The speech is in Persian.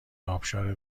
ابشار